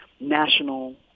national